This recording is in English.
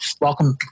Welcome